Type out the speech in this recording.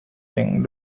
thing